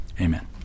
Amen